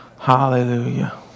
Hallelujah